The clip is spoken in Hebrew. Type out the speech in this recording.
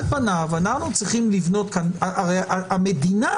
על פניו אנחנו צריכים לבנות כאן הרי המדינה